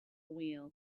wheel